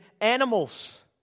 animals